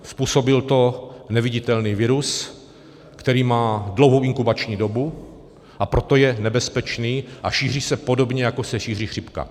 Způsobil to neviditelný virus, který má dlouhou inkubační dobu, a proto je nebezpečný, a šíří se podobně, jako se šíří chřipka.